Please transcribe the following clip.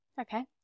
Okay